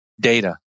data